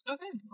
Okay